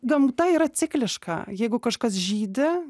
gamta yra cikliška jeigu kažkas žydi